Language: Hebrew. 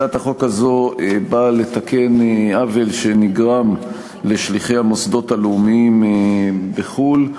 הצעת החוק הזאת באה לתקן עוול שנגרם לשליחי המוסדות הלאומיים בחו"ל,